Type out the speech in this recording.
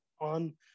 on